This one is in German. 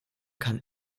kann